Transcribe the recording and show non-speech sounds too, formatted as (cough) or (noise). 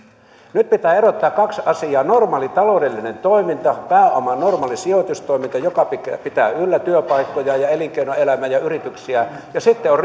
nyt pitää erottaa kaksi asiaa normaali taloudellinen toiminta pääoman normaali sijoitustoiminta joka pitää pitää yllä työpaikkoja ja elinkeinoelämää ja yrityksiä ja sitten on (unintelligible)